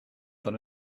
than